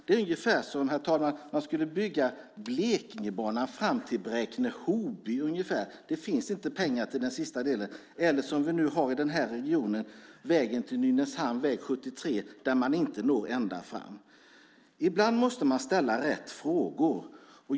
Det är ungefär som att man skulle bygga Blekingebanan fram till Bräkne Hoby och säga att det inte finns pengar till den sista delen, eller som i den här regionen vägen till Nynäshamn, väg 73, där man inte når ända fram. Ibland måste man ställa rätt frågor.